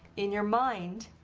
in your mind,